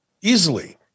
Easily